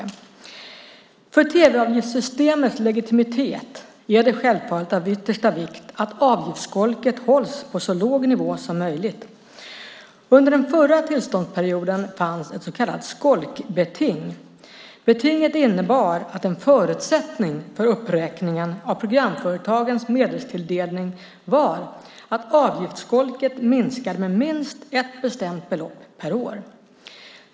För tv-avgiftssystemets legitimitet är det självfallet av yttersta vikt att avgiftsskolket hålls på så låg nivå som möjligt. Under den förra tillståndsperioden fanns ett så kallat skolkbeting. Betinget innebar att en förutsättning för uppräkningen av programföretagens medelstilldelning var att avgiftsskolket minskade med minst ett bestämt belopp per år.